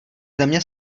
země